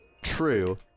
true